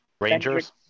rangers